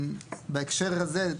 בהקשר הזה,